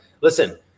listen